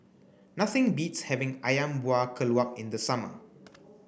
nothing beats having Ayam Buah Keluak in the summer